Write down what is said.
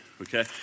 okay